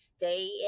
Stay